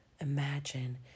imagine